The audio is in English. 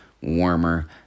warmer